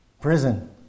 Prison